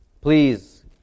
Please